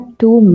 two